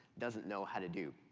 doesn't know how to do.